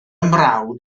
mrawd